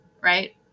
right